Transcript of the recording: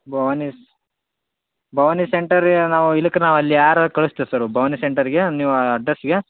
ಭವಾನಿ ಭವಾನಿ ಸೆಂಟರಿಗೆ ನಾವು ಇಲ್ಕೆ ನಾವು ಅಲ್ಲಿ ಯಾರಾ ಕಳಸ್ತಿವಿ ಸರ್ ಭವಾನಿ ಸೆಂಟರಿಗೆ ನೀವು ಆ ಅಡ್ರೆಸ್ಸಿಗೆ